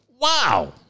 Wow